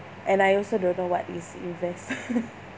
and I also don't know what is invest